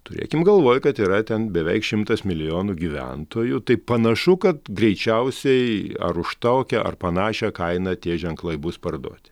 turėkim galvoj kad yra ten beveik šimtas milijonų gyventojų tai panašu kad greičiausiai ar už tokią ar panašią kainą tie ženklai bus parduoti